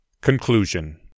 Conclusion